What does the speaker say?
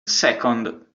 second